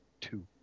two